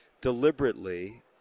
deliberately